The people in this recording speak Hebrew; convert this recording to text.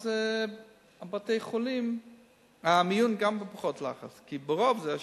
אז גם במיון יש פחות לחץ, כי הרוב זה השפעת.